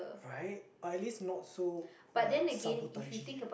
right or at least not so like sabotagey